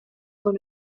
dans